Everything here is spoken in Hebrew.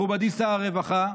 מכובדי שר הרווחה,